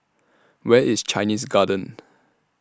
Where IS Chinese Garden